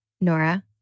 Nora